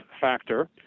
factor